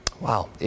Wow